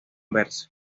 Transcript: verse